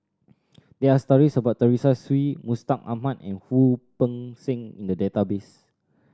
there are stories about Teresa Hsu Mustaq Ahmad and Wu Peng Seng in the database